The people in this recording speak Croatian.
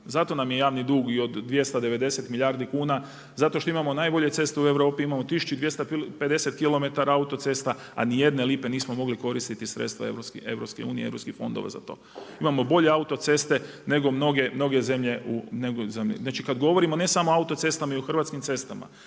Zato nam je i javni dug i od 290 milijardi kuna zato što imamo najbolje ceste u Europi, imamo 1250km autocesta a ni jedne lipe nismo mogli koristiti sredstva EU, europskih fondova za to. Imamo bolje autoceste nego mnoge zemlje. Znači kada govorimo ne samo o autocestama, nego i o hrvatskim cestama,